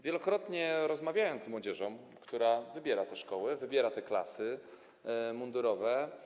Wielokrotnie rozmawiałem z młodzieżą, która wybiera te szkoły, wybiera te klasy mundurowe.